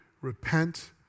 repent